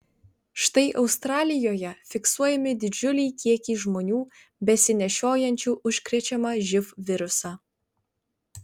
štai australijoje fiksuojami didžiuliai kiekiai žmonių besinešiojančių užkrečiamą živ virusą